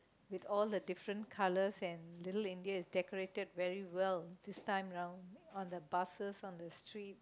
with all the different colors and Little India is decorated very well this time round on the buses on the streets